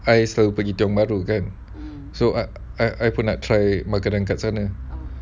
hi seoul pergi tiong bahru kan so I pun nak try makanan sana